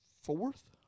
fourth